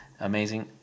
Amazing